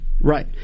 Right